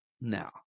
now